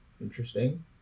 interesting